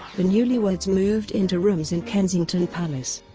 the newlyweds moved into rooms in kensington palace.